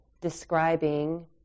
describing